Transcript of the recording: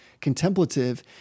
contemplative